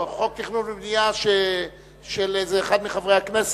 והבנייה של אחד מחברי הכנסת,